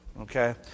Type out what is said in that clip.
Okay